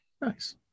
Nice